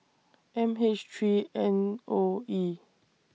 M H three N O E